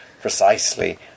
precisely